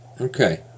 okay